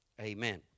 amen